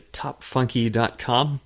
topfunky.com